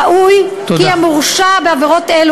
ראוי כי המורשע בעבירות אלה,